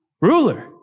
ruler